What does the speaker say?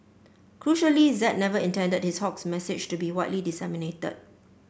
crucially Z never intended his hoax message to be widely disseminated